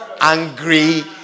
Angry